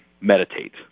meditate